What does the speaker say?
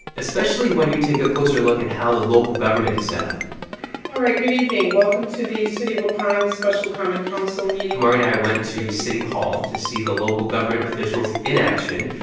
especially when you take a closer look at how the local government is set up all right, good evening. welcome to the city of waupun's special common council meeting kumari and i went to city hall to see the local government officials in action.